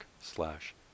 slash